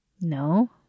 No